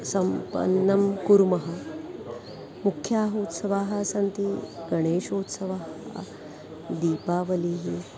सम्पन्नं कुर्मः मुख्याः उत्सवाः सन्ति गणेशोत्सवः दीपावलिः